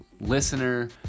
listener